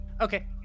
Okay